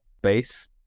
base